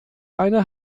eine